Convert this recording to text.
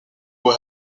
who